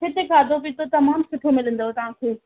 हिते खाधो पीतो तमाम सुठो मिलंदव तव्हां खे